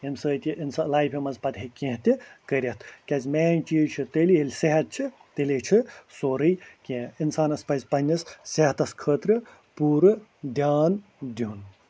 ییٚمہِ سۭتۍ یہِ اِنسان لایفہٕ منٛز پتہٕ ہیٚکہِ کیٚنہہ تہِ کٔرِتھ کیٛازِ مین چیٖز چھِ تیٚلہِ ییٚلہِ صحت چھِ تیٚلے چھِ سورٕے کیٚنہہ اِنسانَس پَزِ پَنٛنِس صحتَس خٲطرٕ پوٗرٕ دھیان دیُن